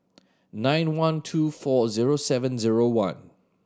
nine one two four zero seven zero one